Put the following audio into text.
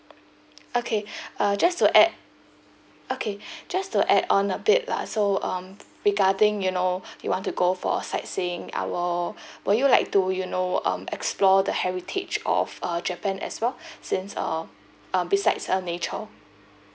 okay uh just to add okay just to add on a bit lah so um regarding you know you want to go for a sightseeing our will you like to you know um explore the heritage of uh japan as well since uh uh besides uh nature